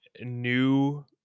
new